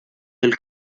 del